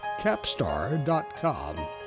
Capstar.com